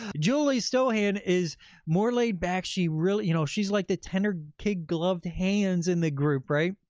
julie stoian is more laid back. she really, you know, she's like the tender kid-gloved hands in the group, right?